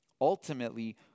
Ultimately